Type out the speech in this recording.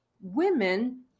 women